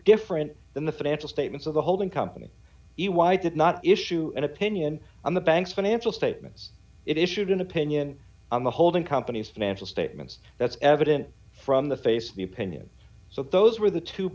different than the financial statements of the holding company e y did not issue an opinion on the bank's financial statements it issued an opinion on the holding companies financial statements that's evident from the face of the opinion so those were the two